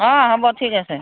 অ হ'ব ঠিক আছে